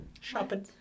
shopping